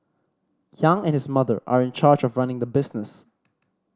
Yang and his mother are in charge of running the business